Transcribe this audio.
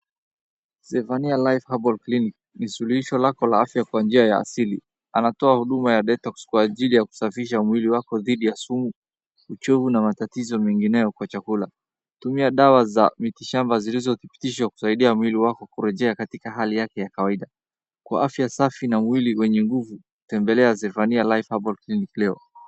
Zephania Life Herbal Clinic ni suluhisho lako la afya kwa njia ya asili. Anatoa huduma ya detox kwa ajili ya kusafisha mwili wako dhidi ya sumu, uchovu na matatizo mengineyo kwa chakula. Tumia dawa za miti shamba zilizothibitishwa kusaidia mwili wako kurejea katika hali yake ya kawaida. Kwa afya safi na mwili mwenye nguvu. Tembelea Zephania Life Herbal Clinic leo.